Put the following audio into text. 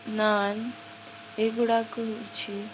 ନାନ୍ ଏଗୁଡ଼ାକ ହେଉଛି